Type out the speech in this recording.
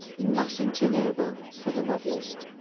nothing too noble, for the novelist.